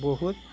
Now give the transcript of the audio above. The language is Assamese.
বহুত